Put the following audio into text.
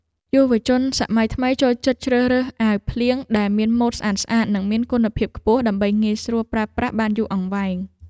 យុវជនសម័យថ្មីចូលចិត្តជ្រើសរើសអាវភ្លៀងដែលមានម៉ូតស្អាតៗនិងមានគុណភាពខ្ពស់ដើម្បីងាយស្រួលប្រើប្រាស់បានយូរអង្វែង។